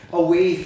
away